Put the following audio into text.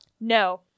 No